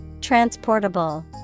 Transportable